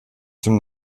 zum